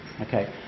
Okay